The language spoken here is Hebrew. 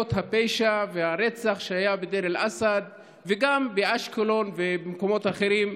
הפשע ועל הרצח שהיה בדיר אל-אסד וגם באשקלון ובמקומות אחרים,